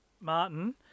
Martin